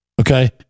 Okay